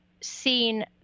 seen